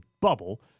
bubble